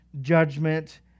judgment